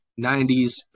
90s